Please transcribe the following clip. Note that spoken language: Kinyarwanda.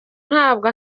ntabwo